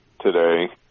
today